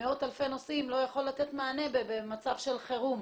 מאות אלפי נוסעים לא יכול לתת מענה במצב חירום.